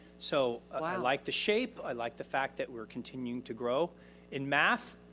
so i like the shape. i like the fact that we're continuing to grow in math.